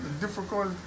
difficult